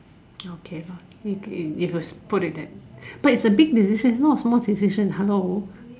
okay lor if if you put it that but it's a big decision not a small decision hello